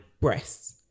breasts